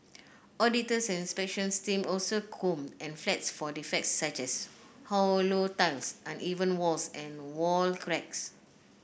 auditors and inspection teams also comb the flats for defects such as hollow tiles uneven walls and wall cracks